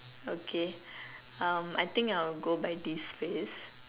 okay um I think I'll go by this phrase